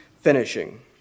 finishing